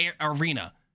Arena